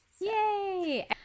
yay